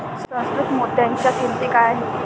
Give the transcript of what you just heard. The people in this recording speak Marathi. सुसंस्कृत मोत्यांच्या किंमती काय आहेत